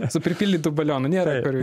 su pripildytu balionu nėra kur